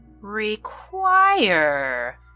require